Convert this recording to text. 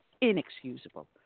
inexcusable